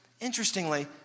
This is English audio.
interestingly